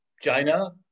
China